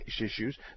issues